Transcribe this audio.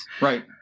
Right